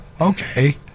Okay